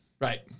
right